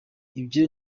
ibyo